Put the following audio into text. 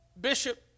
Bishop